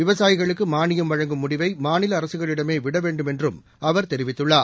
விவசாயிகளுக்கு மாளியம் வழங்கும் முடிவை மாநில அரசுகளிடமே விட வேண்டுமென்றும் அவர் தெரிவித்துள்ளார்